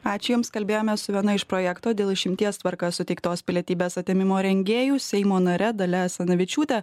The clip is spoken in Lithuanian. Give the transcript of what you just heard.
ačiū jums kalbėjomės su viena iš projekto dėl išimties tvarka suteiktos pilietybės atėmimo rengėjų seimo nare dalia asanavičiūte